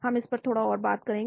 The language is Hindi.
हम इस पर थोड़ा और बात करेंगे